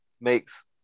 makes